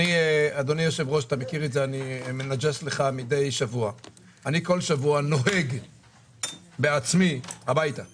אני אשמח לדעת מה התקציב.